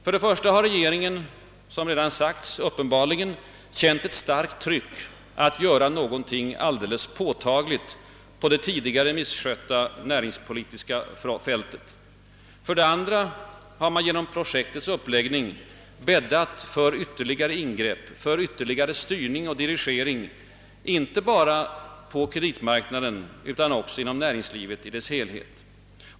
För det första har regeringen, som redan har sagts, uppenbarligen känt ett starkt tryck att göra någonting alldeles påtagligt på det tidigare misskötta näringspolitiska fältet. För det andra har man genom projektets uppläggning bäddat för ytterligare ingrepp, styrning och dirigering inte bara på kreditmarknaden utan också inom näringslivet i dess helhet.